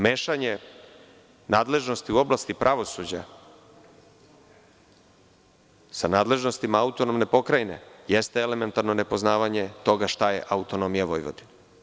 Mešanje nadležnosti u oblasti pravosuđa, sa nadležnostima autonomne pokrajine, jeste elementarno nepoznavanje toga šta je autonomija Vojvodine.